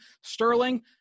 Sterling